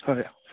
হয়